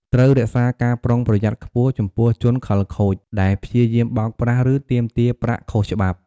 ត្រូវរក្សាការប្រុងប្រយ័ត្នខ្ពស់ចំពោះជនខិលខូចដែលព្យាយាមបោកប្រាស់ ឬទាមទារប្រាក់ខុសច្បាប់។